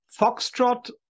Foxtrot